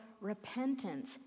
repentance